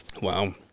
Wow